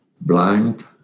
blind